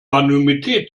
anonymität